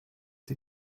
die